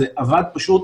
זה עבד פשוט,